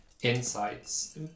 insights